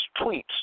tweets